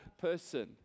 person